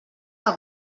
que